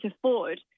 afford